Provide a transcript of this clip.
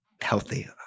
healthy